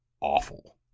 awful